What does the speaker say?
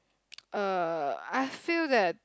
uh I feel that